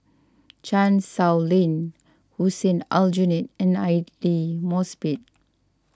Chan Sow Lin Hussein Aljunied and Aidli Mosbit